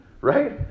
right